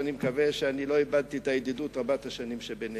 אז אני מקווה שאני לא איבדתי את הידידות רבת השנים שבינינו.